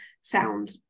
sound